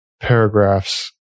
paragraphs